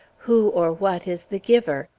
who or what is the giver?